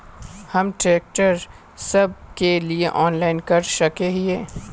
हम ट्रैक्टर सब के लिए ऑनलाइन कर सके हिये?